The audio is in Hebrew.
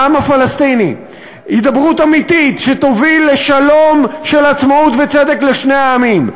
העם הפלסטיני; הידברות אמיתית שתוביל לשלום של עצמאות וצדק לשני העמים.